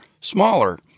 smaller